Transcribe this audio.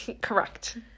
Correct